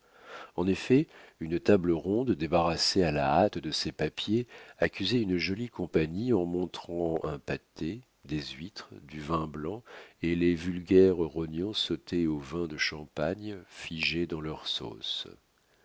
en effet une table ronde débarrassée à la hâte de ses papiers accusait une jolie compagnie en montrant un pâté des huîtres du vin blanc et les vulgaires rognons sautés au vin de champagne figés dans leur sauce